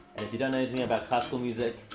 and if you don't know anything about classical music,